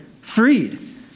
freed